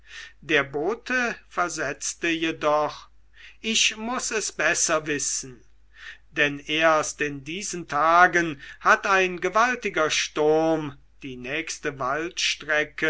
der bote versetzte jedoch ich muß es besser wissen denn erst in diesen tagen hat ein gewaltiger sturm die nächste